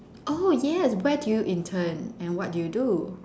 oh yes where do you intern and what do you do